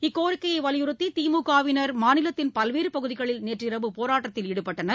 இக்கோிக்கையை வலியுறுத்தி திமுக வின் மாநிலத்தின் பல்வேறு பகுதிகளில் நேற்று இரவு போராட்டத்தில் ஈடுபட்டனர்